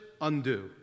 undo